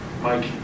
Mike